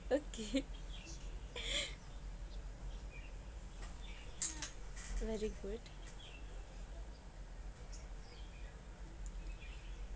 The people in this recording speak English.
okay very good